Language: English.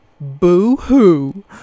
Boo-hoo